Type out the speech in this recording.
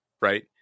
right